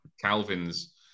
Calvin's